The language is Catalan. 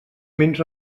menys